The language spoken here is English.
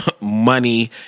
money